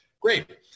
Great